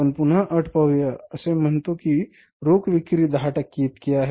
आपण पुन्हा अट पाहूया असे म्हणा की रोख विक्री 10 टक्के इतकी आहे